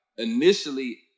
Initially